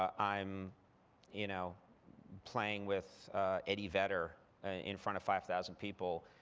ah i'm you know playing with eddie vedder in front of five thousand people,